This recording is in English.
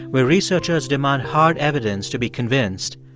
where researchers demand hard evidence to be convinced,